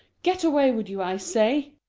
get away with you, i say!